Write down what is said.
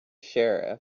sheriff